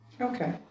Okay